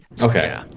Okay